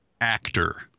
actor